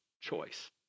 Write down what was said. choice